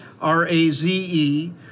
R-A-Z-E